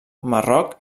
marroc